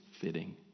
fitting